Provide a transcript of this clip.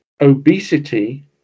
obesity